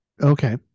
okay